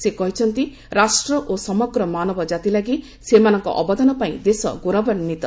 ସେ କହିଛନ୍ତି ରାଷ୍ଟ୍ର ଓ ସମଗ୍ର ମାନବଜାତି ଲାଗି ସେମାନଙ୍କ ଅବଦାନ ପାଇଁ ଦେଶ ଗୌରବାନ୍ୱିତ